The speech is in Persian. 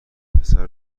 پسر